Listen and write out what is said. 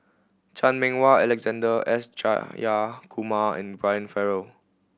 Chan Meng Wah Alexander S Jayakumar and Brian Farrell